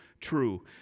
true